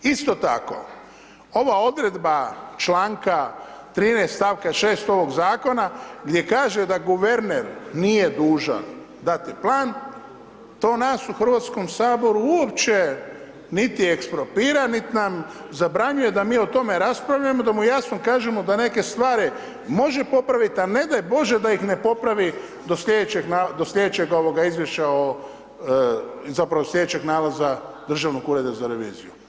Isto tako, ova odredba čl. 13. st. 6. ovog zakona gdje kaže da guverner nije dužan dati plan, to nas u HS uopće niti ekspropira, nit nam zabranjuje da mi o tome raspravljamo, da mu jasno kažemo da neke stvari može popravit, a ne daj Bože da ih ne popravi do sljedećeg izvješća o, zapravo slijedećeg nalaza Državnog ureda za reviziju.